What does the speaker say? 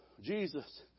jesus